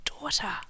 Daughter